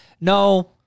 no—